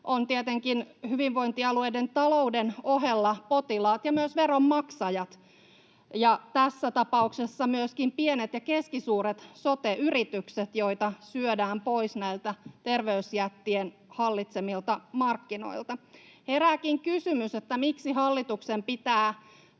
ovat tietenkin hyvinvointialueiden talouden ohella potilaat ja myös veronmaksajat ja tässä tapauksessa myöskin pienet ja keskisuuret sote-yritykset, joita syödään pois näiltä terveysjättien hallitsemilta markkinoilta. Herääkin kysymys, miksi hallituksen pitää